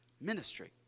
Ministry